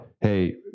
Hey